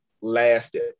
lasted